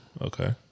Okay